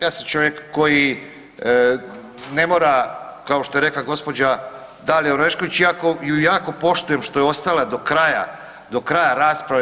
Ja sam čovjek koji ne mora kao što je rekla gospođa Dalija Orešković iako ju jako poštujem što je ostala do kraja rasprave.